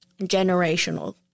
generational